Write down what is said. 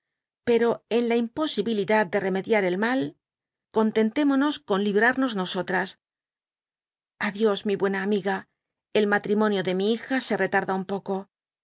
pero en la imjposibifidad de remediar el mal contentémonos con librdimos nosotras a dios mi buena amiga el níatrimonio de mi hija se retarda ún poco